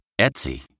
Etsy